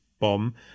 bomb